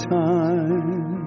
time